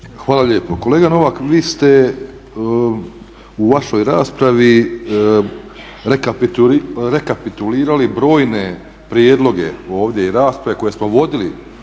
Hvala lijepo. Kolega Novak vi ste u vašoj raspravi rekapitulirali brojne prijedloge ovdje i rasprave koje smo vodili